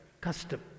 custom